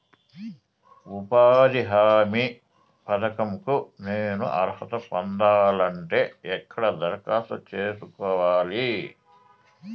ఉపాధి హామీ పథకం కు నేను అర్హత పొందాలంటే ఎక్కడ దరఖాస్తు సేసుకోవాలి?